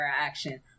action